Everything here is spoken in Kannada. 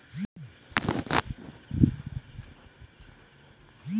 ದೀರ್ಘಕಾಲದ ಫಿಕ್ಸಡ್ ಡೆಪೋಸಿಟ್ ಮಾಡುವುದರಿಂದ ಅಧಿಕವಾದ ಲಾಭ ಇದೆ ಅಂತ ಬ್ಯಾಂಕ್ ಮ್ಯಾನೇಜರ್ ತಿಳಿಸಿದರು